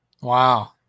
wow